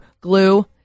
glue